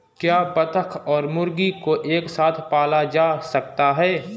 क्या बत्तख और मुर्गी को एक साथ पाला जा सकता है?